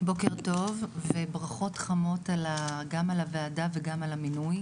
בוקר טוב וברכות חמות גם על הוועדה וגם על המינוי,